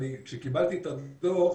כשקיבלתי את הדוח